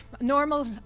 normal